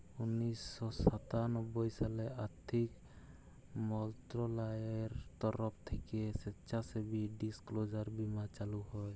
উনিশ শ সাতানব্বই সালে আথ্থিক মলত্রলালয়ের তরফ থ্যাইকে স্বেচ্ছাসেবী ডিসক্লোজার বীমা চালু হয়